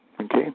Okay